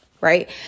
right